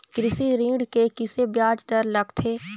कृषि ऋण के किसे ब्याज दर लगथे?